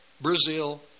Brazil